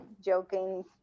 joking